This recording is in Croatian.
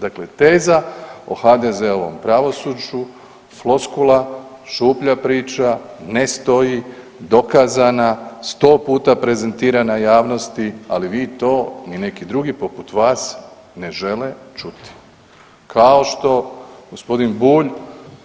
Dakle, teza o HDZ-ovom pravosuđu floskula, šuplja priča, ne stoji, dokazana, 100 puta prezentirana javnosti, ali vi to i neki drugi poput vas ne žele čuti, kao što g. Bulj